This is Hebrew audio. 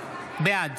בעד